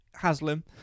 Haslam